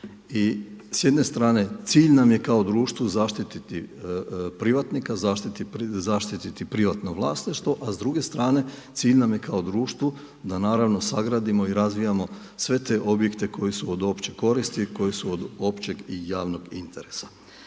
s jedne strane cilj nam je kao društvu zaštititi privatnika, zaštiti privatno vlasništvo, a s druge strane cilj nam je kao društvu da naravno sagradimo i razvijamo sve te objekte koji su od opće koristi koje su od općeg i javnog interesa.